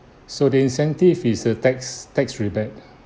so the incentive is a tax tax rebate